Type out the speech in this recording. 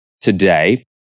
today